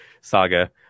saga